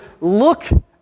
look